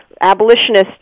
abolitionists